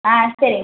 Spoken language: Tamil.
ஆ சரி